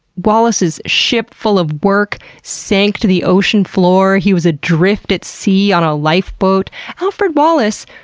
wallace's ship full of work sank to the ocean floor, he was adrift at sea on a lifeboat. alfred wallace,